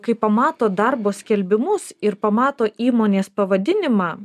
kai pamato darbo skelbimus ir pamato įmonės pavadinimą